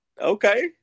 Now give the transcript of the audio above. Okay